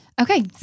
okay